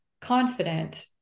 confident